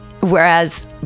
Whereas